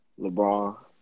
LeBron